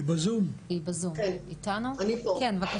באופן כללי, בואו נודה